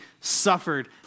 suffered